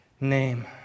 name